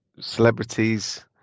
celebrities